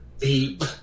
Deep